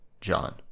John